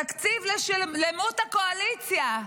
תקציב לשלמות הקואליציה,